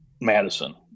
Madison